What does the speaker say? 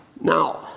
Now